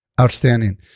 Outstanding